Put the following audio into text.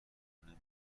نمیاد